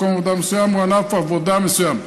מקום עבודה מסוים או ענף עבודה מסוים.